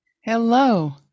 Hello